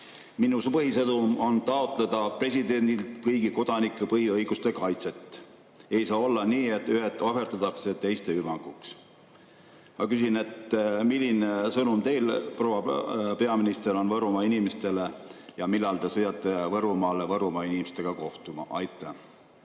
"Minu põhisõnum on taotleda presidendilt kõigi kodanike põhiõiguste kaitset. Ei [tohiks] olla nii, et ühed ohverdatakse teiste hüvanguks." Ma küsin: milline sõnum teil, proua peaminister, on Võrumaa inimestele ja millal te sõidate Võrumaale Võrumaa inimestega kohtuma? Aitäh,